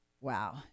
Wow